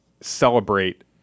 celebrate